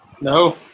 No